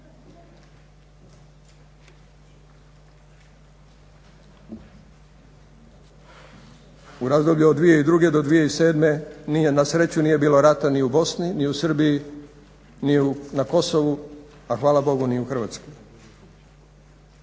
U razdoblju od 2002.-2007. na sreću nije bilo rata ni u BiH ni u Srbiji ni na Kosovu, a hvala Bogu ni u Hrvatskoj.